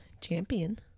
champion